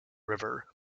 river